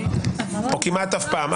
או כמעט אף פעם?